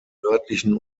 nördlichen